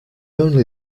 only